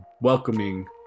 welcoming